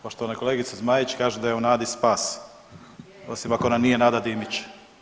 Poštovana kolegice Zmaić kažu da je u nadi spas osim ako ona nije Nada Dimić.